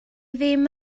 ddim